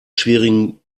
schwierigen